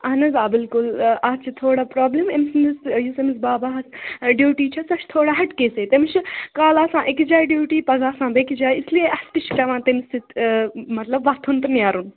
اہن حظ آ بِلکُل اَتھ چھِ تھوڑا پرابلِم أمۍ سٕنٛدِس یُس أمِس باباہَس ڈیوٗٹی چھےٚ سۄ چھِ تھوڑا ہَٹکے سۭتۍ تٔمِس چھُ کالہٕ آسان أکِس جایہِ ڈیوٗٹی پَگاہ آسان بیٚکِس جایہِ اِسلیے اَسہِ تہِ چھِ پیٚوان تٔمِس سۭتۍ مطلب وۄتھُن تہٕ نیرُن